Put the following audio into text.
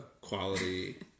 quality